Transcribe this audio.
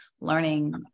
learning